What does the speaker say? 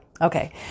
Okay